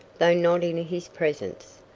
though not in his presence.